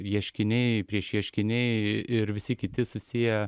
ieškiniai prieš ieškiniai ir visi kiti susiję